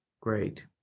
Great